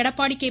Edappadi K